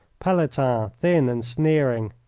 pelletan thin and sneering,